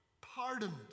pardoned